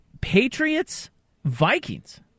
Patriots-Vikings